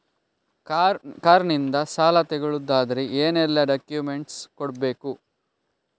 Car ಇಂದ ಸಾಲ ತಗೊಳುದಾದ್ರೆ ಏನೆಲ್ಲ ಡಾಕ್ಯುಮೆಂಟ್ಸ್ ಕೊಡ್ಬೇಕು?